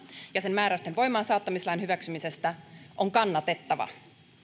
ja sen määräysten voimaansaattamislain hyväksymisestä on kannatettava